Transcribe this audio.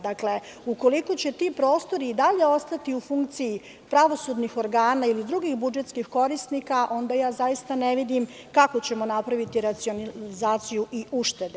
Dakle, ukoliko će ti prostori i dalje ostati u funkciji pravosudnih organa ili drugih budžetskih korisnika, onda zaista ne vidim kako ćemo napraviti racionalizaciju i uštede.